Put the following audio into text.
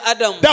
Adam